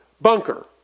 bunker